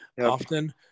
often